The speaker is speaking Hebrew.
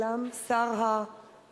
הוא נעלם, שר הרווחה?